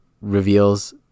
reveals